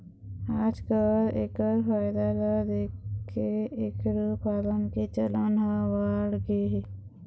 आजकाल एखर फायदा ल देखके एखरो पालन के चलन ह बाढ़गे हे